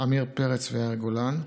עמיר פרץ ויאיר גולן,